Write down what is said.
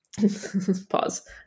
Pause